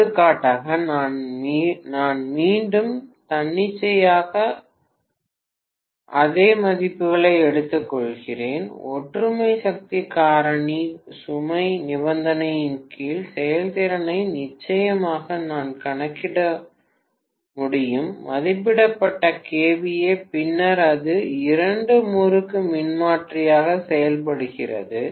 எடுத்துக்காட்டாக நான் மீண்டும் தன்னிச்சையாக மீண்டும் அதே மதிப்புகளை எடுத்துக்கொள்கிறேன் ஒற்றுமை சக்தி காரணி சுமை நிபந்தனையின் கீழ் செயல்திறனை நிச்சயமாக நான் கணக்கிட முடியும் மதிப்பிடப்பட்ட kVA பின்னர் அது இரண்டு முறுக்கு மின்மாற்றியாக செயல்படுகிறது